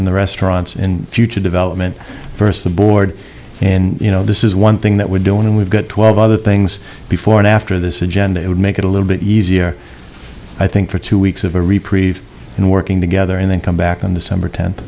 in the restaurants in future development first the board and you know this is one thing that we're doing and we've got twelve other things before and after this agenda it would make it a little bit easier i think for two weeks of a reprieve and working together and then come back in the summer ten